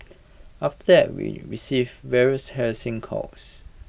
after there we received various harassing calls